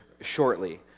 shortly